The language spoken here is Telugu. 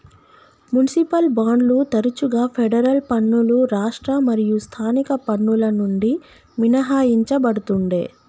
మునిసిపల్ బాండ్లు తరచుగా ఫెడరల్ పన్నులు రాష్ట్ర మరియు స్థానిక పన్నుల నుండి మినహాయించబడతుండే